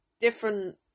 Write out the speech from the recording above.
different